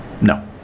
No